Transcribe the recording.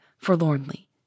forlornly